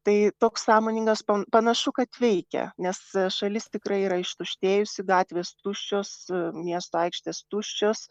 tai toks sąmoningas panašu kad veikia nes šalis tikrai yra ištuštėjusi gatvės tuščios miesto aikštės tuščios